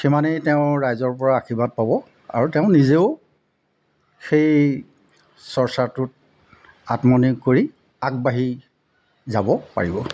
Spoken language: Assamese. সিমানেই তেওঁ ৰাইজৰপৰা আশীৰ্বাদ পাব আৰু তেওঁ নিজেও সেই চৰ্চাটোত আত্মনিয়োগ কৰি আগবাঢ়ি যাব পাৰিব